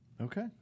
okay